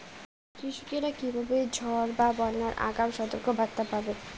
কৃষকেরা কীভাবে ঝড় বা বন্যার আগাম সতর্ক বার্তা পাবে?